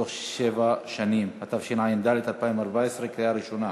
בתוך שבע שנים), התשע"ד 2014, בקריאה ראשונה.